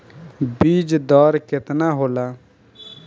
बीज दर केतना होला?